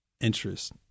interest